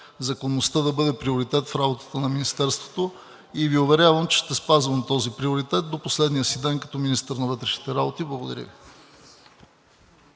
законността да бъде приоритет в работата на Министерството и Ви уверявам, че ще спазвам този приоритет до последния си ден като министър на вътрешните работи. Благодаря Ви.